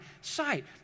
sight